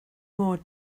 more